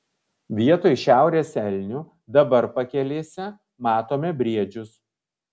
vietoj šiaurės elnių dabar pakelėse matome briedžius